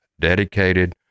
dedicated